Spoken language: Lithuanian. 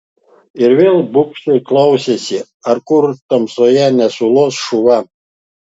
ir vėl bugščiai klausėsi ar kur tamsoje nesulos šuva